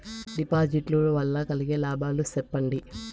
డిపాజిట్లు లు వల్ల కలిగే లాభాలు సెప్పండి?